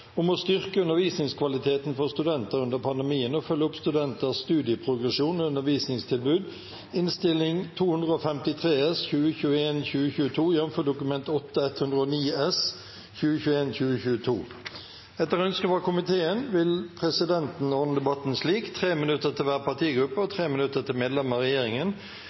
om ordet til sak nr. 5. Etter ønske fra komiteen vil presidenten ordne debatten slik: 3 minutter til hver partigruppe og 3 minutter til medlemmer av regjeringen.